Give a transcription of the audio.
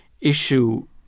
issue